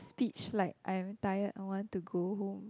speech like I am tired I want to go home